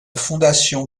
fondation